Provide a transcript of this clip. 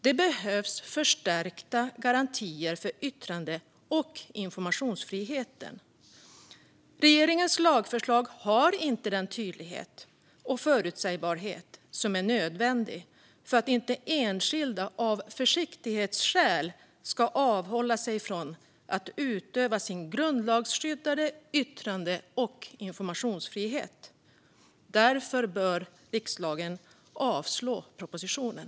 Det behövs förstärkta garantier för yttrande och informationsfriheten. Regeringens lagförslag har inte den tydlighet och förutsägbarhet som är nödvändig för att inte enskilda av försiktighetsskäl ska avhålla sig från att utöva sin grundlagsskyddade yttrande och informationsfrihet. Därför bör riksdagen avslå propositionen.